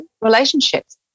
relationships